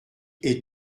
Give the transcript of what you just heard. est